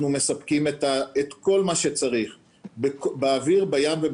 אני מאמינה שההצלחה של כל מה שאנחנו עושים